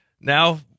Now